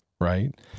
right